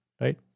right